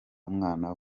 umwana